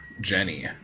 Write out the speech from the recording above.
Jenny